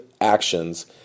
actions